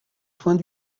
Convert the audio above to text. soins